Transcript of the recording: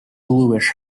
bluish